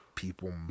people